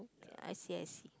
I see I see